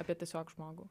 apie tiesiog žmogų